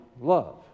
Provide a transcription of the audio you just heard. love